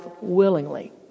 willingly